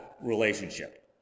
relationship